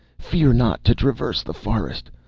fear not to traverse the forest.